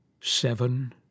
seven